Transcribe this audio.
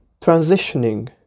transitioning